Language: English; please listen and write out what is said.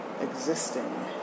existing